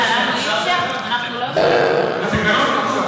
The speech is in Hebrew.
אנחנו לא יכולים?